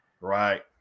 Right